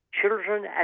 children